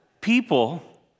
people